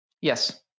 Yes